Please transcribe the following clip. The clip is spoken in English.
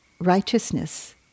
righteousness